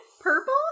purple